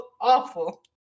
awful